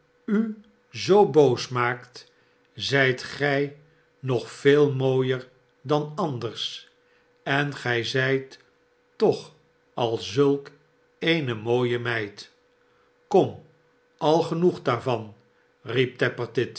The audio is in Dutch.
u zoo boos maakt z ijt gij nog veel mooier dan anders en gij zijt toch al zulk eene mooie meid kora al genoeg daarvan